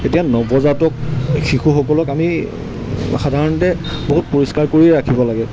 এতিয়া নৱজাতক শিশুসকলক আমি সাধাৰণতে বহুত পৰিষ্কাৰ কৰিয়ে ৰাখিব লাগে